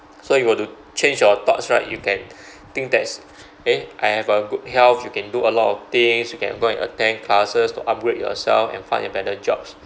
so you got to change your thoughts right you can think that's eh I have a good health you can do a lot of things you can go and attend classes to upgrade yourself and find a better jobs